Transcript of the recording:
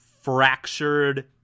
fractured